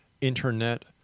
Internet